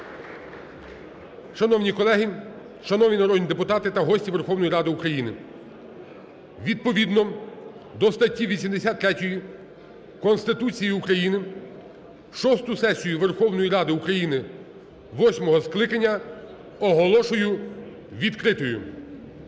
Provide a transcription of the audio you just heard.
Шановні колеги, шановні народні депутати та гості Верховної Ради України, відповідно до статті 83 Конституції України шосту сесію Верховної Ради України восьмого скликання оголошую відкритою.